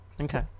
Okay